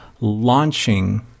launching